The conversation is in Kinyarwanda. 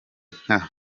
nka